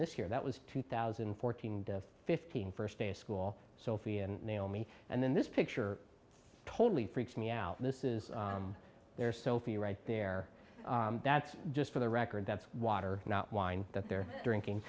this year that was two thousand and fourteen fifteen first day of school sophia and naomi and then this picture totally freaks me out this is their sophie right there that's just for the record that's water not wine that they're drinking